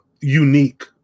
unique